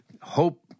Hope